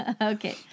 Okay